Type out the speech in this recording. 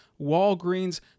Walgreens